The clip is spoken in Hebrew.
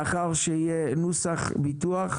לאחר שיהיה נוסח ביטוח,